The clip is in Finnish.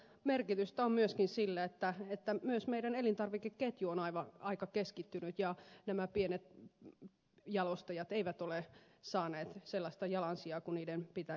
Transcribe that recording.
merkitystä on myöskin sillä että myös meidän elintarvikeketjumme on aika keskittynyt ja nämä pienet jalostajat eivät ole saaneet sellaista jalansijaa kuin niiden pitäisi saada